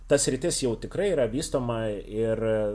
ta sritis jau tikrai yra vystoma ir